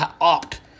opt